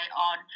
on